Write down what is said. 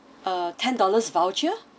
a ten dollars voucher